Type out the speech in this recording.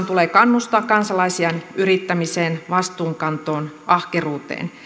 tulee kannustaa kansalaisiaan yrittämiseen vastuunkantoon ahkeruuteen